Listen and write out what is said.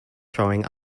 throwing